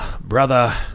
brother